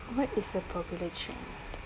what is a popular trend